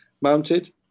mounted